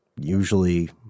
usually